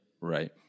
Right